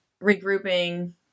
regrouping